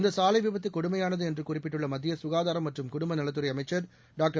இந்த சாலை விபத்து கொடுமையானது என்று குறிப்பிட்டுள்ள மத்திய சுகாதாரம் மற்றும் குடும்ப நலத்துறை அமைச்சர் டாக்டர்